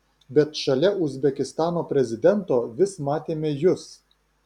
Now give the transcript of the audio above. bet šalia uzbekistano prezidento vis matėme jus